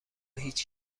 هیچ